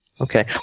Okay